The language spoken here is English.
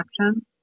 action